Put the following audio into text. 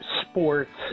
sports